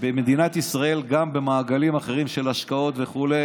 במדינת ישראל גם במעגלים אחרים, של השקעות וכו'.